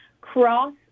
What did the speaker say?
cross